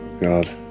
God